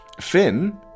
Finn